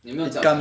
你们有